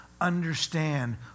Understand